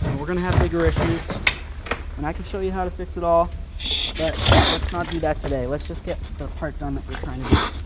but we're going to have bigger issues and i can show you how to fix it all but let's not do that today. let's just get the part done that we're trying to do.